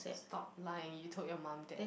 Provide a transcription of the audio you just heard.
stop lying you told your mum that